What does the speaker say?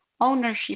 ownership